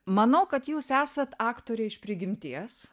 manau kad jūs esat aktorė iš prigimties